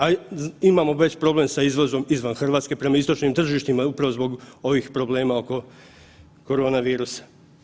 A imamo već problem sa izvozom izvan Hrvatske prema istočnim tržištima upravo zbog ovih problema oko koronavirusa.